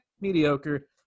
mediocre